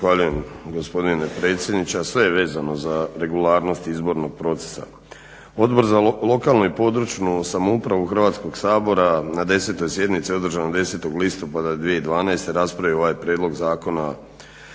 Zahvaljujem gospodine predsjedniče. Sve je vezano za regularnost izbornog procesa. Odbor za lokalnu i područnu samoupravu Hrvatskog sabora na 10.sjednici održanoj 10.listopada 2012.raspravi je ovaj prijedlog Zakona